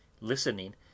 listening